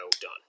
done